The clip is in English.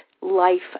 life